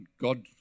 God